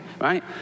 right